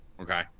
Okay